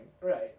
right